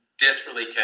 desperately